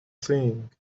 thing